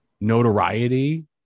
Notoriety